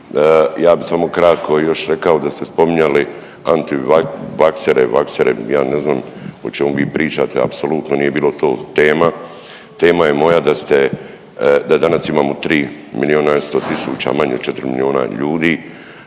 ja bih samo kratko još rekao da ste spominjali antivaksere. Ja ne znam o čemu vi pričate. Apsolutno nije bilo to tema. Tema je moja da danas imamo 3 milijuna i 100 tisuća manje, 4 milijuna ljudi.